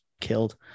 killed